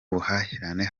buhahirane